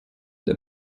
der